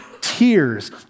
tears